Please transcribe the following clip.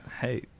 Hey